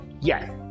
Yes